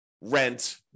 rent